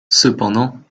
cependant